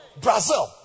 brazil